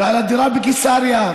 ועל אגרה בקיסריה.